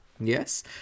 Yes